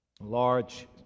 large